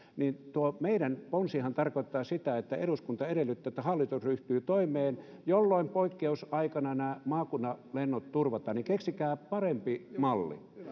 tuo meidän ponsihan tarkoittaa sitä että eduskunta edellyttää että hallitus ryhtyy toimeen jolloin poikkeusaikana nämä maakunnan lennot turvataan niin keksikää parempi malli